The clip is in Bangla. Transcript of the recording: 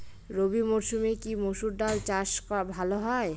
রবি মরসুমে কি মসুর ডাল চাষ ভালো হয়?